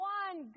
one